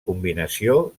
combinació